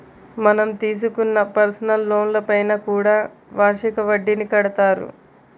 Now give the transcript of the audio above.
మనం తీసుకునే పర్సనల్ లోన్లపైన కూడా వార్షిక వడ్డీని కడతారు